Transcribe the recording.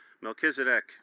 Melchizedek